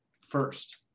first